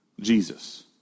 Jesus